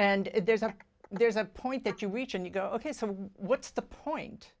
and there's a there's a point that you reach and you go ok so what's the point